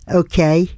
okay